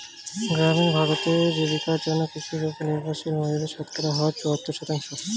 গ্রামীণ ভারতে, জীবিকার জন্য কৃষির উপর নির্ভরশীল মহিলাদের শতকরা হার চুয়াত্তর শতাংশ